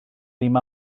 ddim